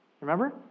Remember